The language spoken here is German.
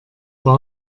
von